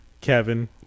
Kevin